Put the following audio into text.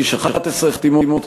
הגיש 11 חתימות,